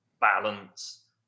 balance